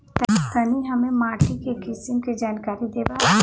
तनि हमें माटी के किसीम के जानकारी देबा?